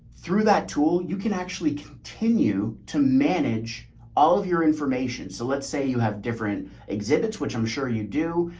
through that tool you can actually continue to manage all of your information. so let's say you have different exhibits, which i'm sure you do.